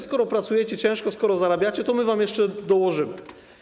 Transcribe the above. Skoro pracujecie ciężko, skoro zarabiacie, to my wam jeszcze dołożymy.